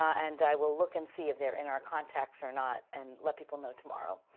and i will look and see if they're in our contacts or not and let people know tomorrow.